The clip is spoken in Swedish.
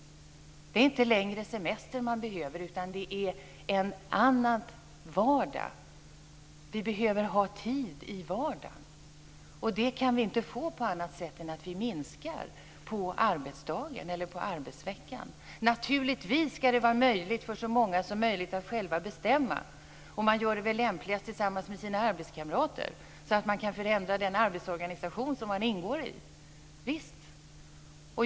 Det är inte längre semester man behöver, utan det är en annan vardag. Vi behöver ha tid i vardagen. Och det kan vi inte få på något annat sätt än genom att vi minskar arbetsdagen eller arbetsveckan. Det ska naturligtvis vara möjligt för så många som möjligt att själva bestämma. Och det gör man väl lämpligast tillsammans med sina arbetskamrater, så att man kan förändra den arbetsorganisation som man ingår i.